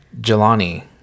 Jelani